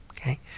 Okay